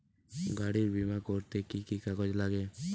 গাড়ীর বিমা করতে কি কি কাগজ লাগে?